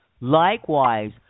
Likewise